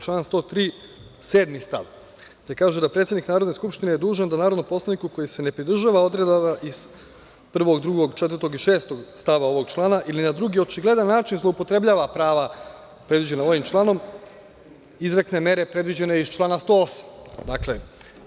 Član 103. stav 7. gde kaže da predsednik Narodne skupštine je dužan da narodnom poslaniku koji se ne pridržava odredaba iz st. 1, 2, 4, i 6. ovog člana ili na drugi očigledan način zloupotrebljava prava predviđena ovim članom izrekne mere predviđene iz člana 108.